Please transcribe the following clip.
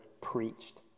preached